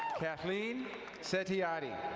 kathleen setiatti.